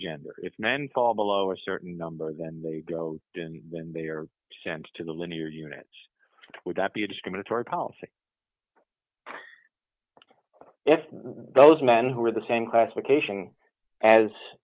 gender if men fall below a certain number then they go in then they are sent to the linear units would that be a discriminatory policy if those men who are the same classification as